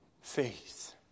Faith